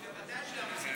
ודאי שאמרו.